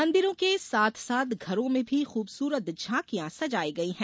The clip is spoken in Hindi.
मंदिरों के साथ साथ घरों में भी खूबसूरत झांकियां सजाई गयी है